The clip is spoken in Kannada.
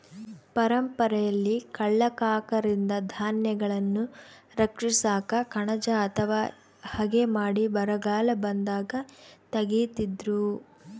ಪರಂಪರೆಯಲ್ಲಿ ಕಳ್ಳ ಕಾಕರಿಂದ ಧಾನ್ಯಗಳನ್ನು ರಕ್ಷಿಸಾಕ ಕಣಜ ಅಥವಾ ಹಗೆ ಮಾಡಿ ಬರಗಾಲ ಬಂದಾಗ ತೆಗೀತಿದ್ರು